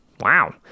Wow